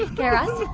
ah guy raz,